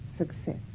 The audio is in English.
success